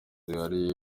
zihariye